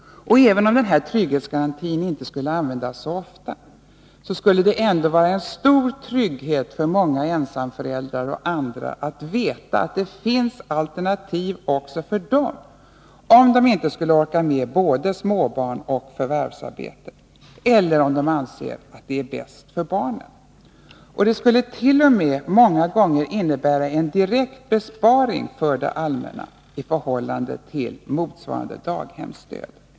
Även om den här trygghetsgarantin inte skulle användas så ofta, skulle det vara en trygghet för ensamföräldrar och andra att veta att det finns alternativ också för dem, om de inte skulle orka med både småbarn och förvärvsarbete eller om de anser att det är bäst för barnen. Detta skulle t.o.m. många gånger innebära en direkt besparing för det allmänna i förhållande till motsvarande daghemsstöd.